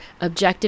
objective